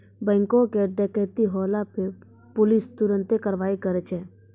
बैंको के डकैती होला पे पुलिस तुरन्ते कारवाही करै छै